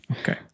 Okay